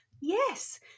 Yes